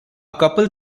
couple